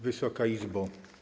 Wysoka Izbo!